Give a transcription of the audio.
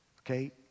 Okay